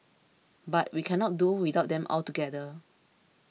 but we cannot do without them altogether